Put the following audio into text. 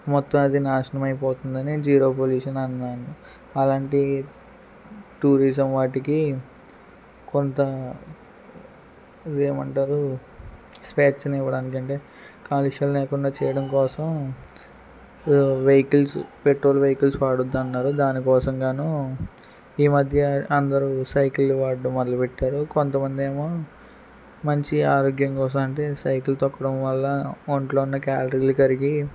మొత్తం అది నాశనం అయిపోతుందని జీరో పొల్యూషన్ అన్నాను అలాంటి టూరిజం వాటికి కొంత ఏమంటారు స్వేచ్ఛని ఇవ్వడానికి అంటే కాలుష్యం లేకుండా చేయడం కోసం వెహికల్స్ పెట్రోల్ వెహికల్స్ వాడు వద్దన్నారు దాని కోసం గాను ఈ మధ్య అందరూ సైకిల్లు వాడడం మొదలు పెట్టారు కొంతమంది ఏమో మంచి ఆరోగ్యం కోసం అంటే సైకిల్ తొక్కడం వల్ల ఒంట్లో ఉన్న క్యాలరీలు కరిగి